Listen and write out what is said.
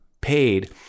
paid